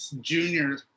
junior